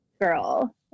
girl